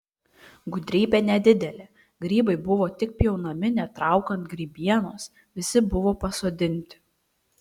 gudrybė nedidelė grybai buvo tik pjaunami netraukant grybienos visi buvo pasodinti